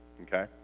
okay